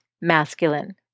masculine